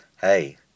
Hey